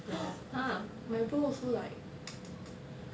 !huh! my bro also like